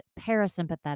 parasympathetic